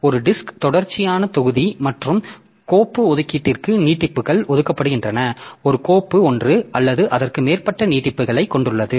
ஒரு டிஸ்க் தொடர்ச்சியான தொகுதி மற்றும் கோப்பு ஒதுக்கீட்டிற்கு நீட்டிப்புகள் ஒதுக்கப்படுகின்றன ஒரு கோப்பு ஒன்று அல்லது அதற்கு மேற்பட்ட நீட்டிப்புகளைக் கொண்டுள்ளது